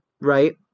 right